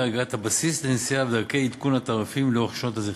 אגרת הבסיס לנסיעה ודרכי עדכון התעריפים לאורך שנות הזיכיון.